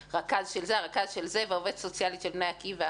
רכז של זה ורכז של זה ועובדת סוציאלית של בני עקיבא,